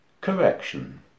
Correction